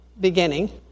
beginning